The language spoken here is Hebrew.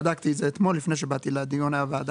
בדקתי את זה אתמול, לפני באתי לדיון בוועדה.